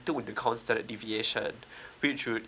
two in the counts that deviation which would